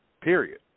Period